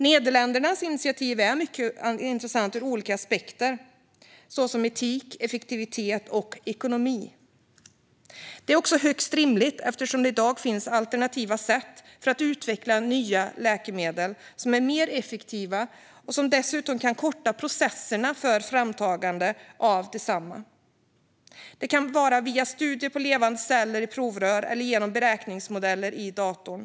Nederländernas initiativ är mycket intressant ur olika aspekter, såsom etik, effektivitet och ekonomi. Det är också högst rimligt eftersom det i dag finns alternativa sätt att utveckla nya läkemedel, som är mer effektiva och dessutom kan korta processerna för framtagande av desamma. Det kan vara via studier på levande celler i provrör eller genom beräkningsmodeller i datorn.